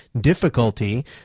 difficulty